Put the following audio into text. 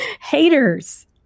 haters